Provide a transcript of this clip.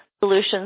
Solutions